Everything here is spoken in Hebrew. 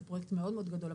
זה פרויקט מאוד מאוד גדול,